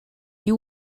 you